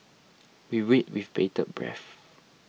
we wait with bated breath